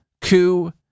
coup